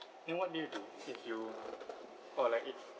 then what did you do did you or like it